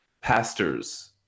pastors